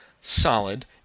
solid